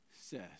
says